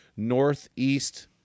northeast